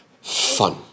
fun